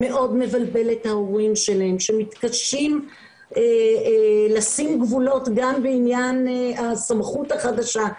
מאוד מבלבל את ההורים שלהם שמתקשים לשים גבולות גם בעניין הסמכות החדשה,